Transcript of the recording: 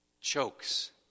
chokes